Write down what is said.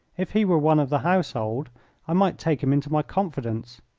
if he were one of the household i might take him into my confidence.